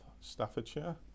staffordshire